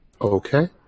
Okay